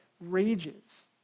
rages